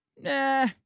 nah